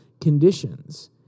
conditions